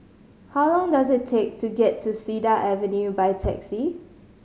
how long does it take to get to Cedar Avenue by taxi